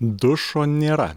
dušo nėra